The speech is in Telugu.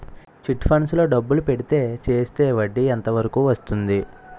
చిట్ ఫండ్స్ లో డబ్బులు పెడితే చేస్తే వడ్డీ ఎంత వరకు వస్తుంది?